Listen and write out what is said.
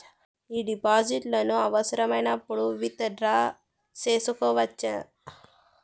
ఈ డిపాజిట్లను అవసరమైనప్పుడు విత్ డ్రా సేసుకోవచ్చా?